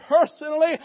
personally